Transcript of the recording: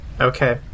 Okay